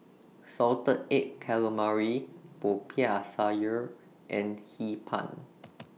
Salted Egg Calamari Popiah Sayur and Hee Pan